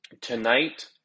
tonight